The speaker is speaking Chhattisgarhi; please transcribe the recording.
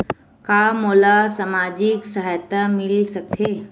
का मोला सामाजिक सहायता मिल सकथे?